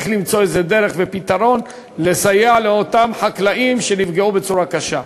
למצוא דרך ופתרון לסייע לאותם חקלאים שנפגעו בצורה קשה.